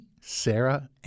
Sarah